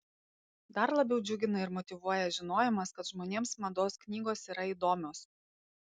dar labiau džiugina ir motyvuoja žinojimas kad žmonėms mados knygos yra įdomios